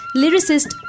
lyricist